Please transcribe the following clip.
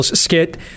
skit